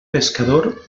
pescador